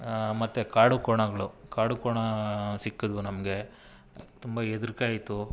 ಮತ್ತು ಕಾಡು ಕೋಣಗಳು ಕಾಡು ಕೋಣ ಸಿಕ್ಕಿದ್ವು ನಮಗೆ ತುಂಬ ಹೆದ್ರಿಕೆ ಆಯಿತು